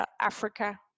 Africa